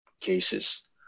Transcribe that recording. cases